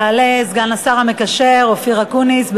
יעלה סגן השר המקשר אופיר אקוניס,